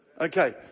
Okay